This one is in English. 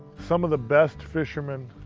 some of the best fishermen,